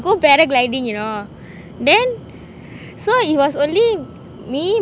go paddle gliding you know then so it was only me